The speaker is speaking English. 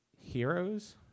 heroes